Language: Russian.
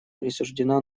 присуждена